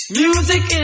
music